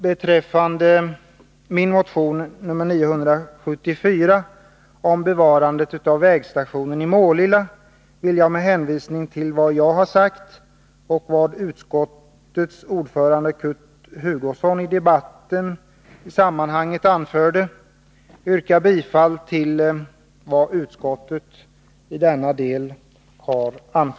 Beträffande min motion 974, om bevarande av vägstation i Målilla, vill jag med hänvisning till vad jag sagt och vad utskottets ordförande Kurt Hugosson anfört i sammanhanget yrka bifall till utskottets hemställan i denna del.